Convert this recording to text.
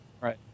Right